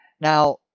Now